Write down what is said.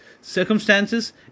circumstances